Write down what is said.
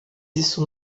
isso